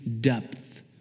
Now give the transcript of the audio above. depth